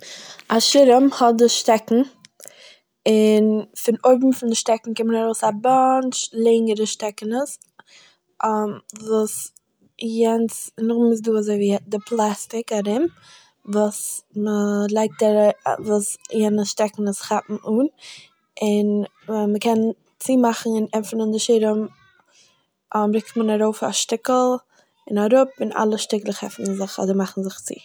א שירעם האט די שטעקן, און פון אויבן פון די שטעקן קומט ארויס א באנטש לענגערע שטעקענעס, וואס יענץ- נאכדעם איז דא אזוי ווי- די פלעסטיק ארום וואס מ'לייגט א- וואס יענע שטעקנעס כאפן אן, און ווען מ'קען צומאכן און עפענען די שירעם רוקט מען ארויף א שטיקל און אראפ און אלע שטיקלעך עפענען זיך אדער מאכן זיך צו.